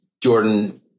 Jordan